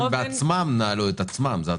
אני מזכיר לך שהם נעלו את עצמם.